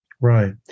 Right